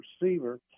receiver